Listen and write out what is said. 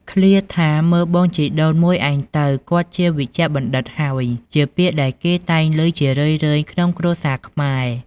ឃ្លាថា “មើលបងជីដូនមួយឯងទៅ គាត់ជាវេជ្ជបណ្ឌិតហើយ” ជាពាក្យដែលគេតែងឮជារឿយៗក្នុងគ្រួសារខ្មែរ។